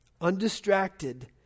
undistracted